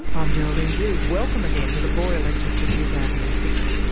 um geraldine doogue welcome again to the boyer lectures for two thousand and six.